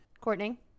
courtney